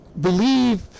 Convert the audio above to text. believe